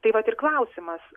tai vat ir klausimas